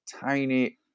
tiny